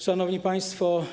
Szanowni Państwo!